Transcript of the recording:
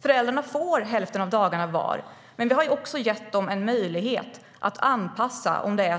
Föräldrarna får hälften var av dagarna, men det har också gett dem en möjlighet att anpassa om